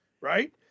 right